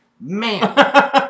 Man